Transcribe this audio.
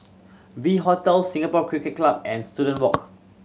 V Hotel Singapore Cricket Club and Student Walk